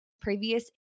previous